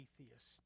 atheist